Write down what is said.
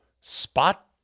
Spot